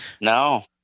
No